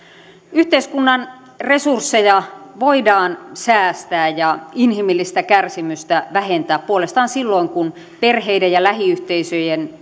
yhteiskunnan resursseja voidaan säästää ja inhimillistä kärsimystä vähentää puolestaan silloin kun perheiden ja lähiyhteisöjen